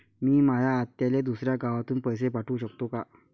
मी माया आत्याले दुसऱ्या गावातून पैसे पाठू शकतो का?